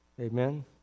Amen